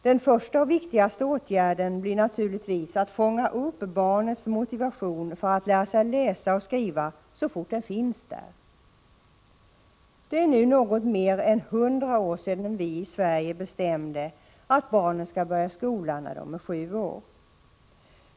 Den första och viktigaste åtgärden blir naturligtvis att fånga upp barnens motivation för att lära sig läsa och skriva så fort den finns där. Det är nu något mer än 100 år sedan vi i Sverige bestämde att barn skall börja skolan när de är sju år.